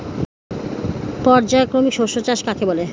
পর্যায়ক্রমিক শস্য চাষ কাকে বলে?